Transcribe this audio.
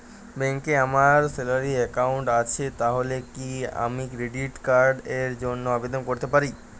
ব্যাংকে আমার salary account আছে তাহলে কি আমি ক্রেডিট কার্ড র জন্য আবেদন করতে পারি?